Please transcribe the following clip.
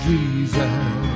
Jesus